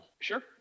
Sure